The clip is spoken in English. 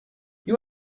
you